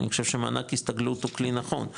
אני חושב שמענק הסתגלות הוא כלי נכון,